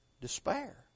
Despair